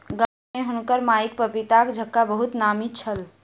गाम में हुनकर माईक पपीताक झक्खा बहुत नामी छल